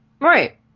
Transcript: Right